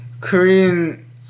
Korean